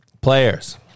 players